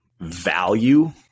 value